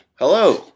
Hello